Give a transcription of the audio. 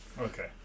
Okay